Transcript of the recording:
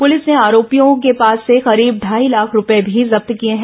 police ने आरोपियों के पास से करीब ढाई लाख रूपये भी जब्त किए हैं